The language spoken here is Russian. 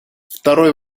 второй